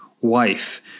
wife